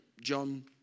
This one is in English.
John